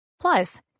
Plus